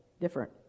Different